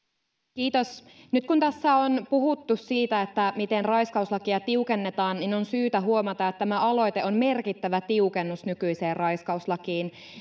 kiitos nyt kun tässä on puhuttu siitä miten raiskauslakia tiukennetaan niin on syytä huomata että tämä aloite on merkittävä tiukennus nykyiseen raiskauslakiin